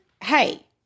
hey